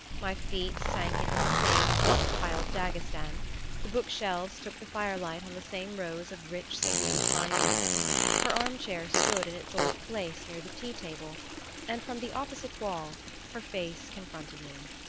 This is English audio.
my feet sank into the same deep-piled daghestan the bookshelves took the firelight on the same rows of rich subdued bindings her armchair stood in its old place near the tea-table and from the opposite wall her face confronted me.